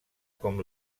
com